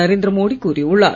நரேந்திர மோடி கூறியுள்ளார்